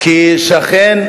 כי שכן,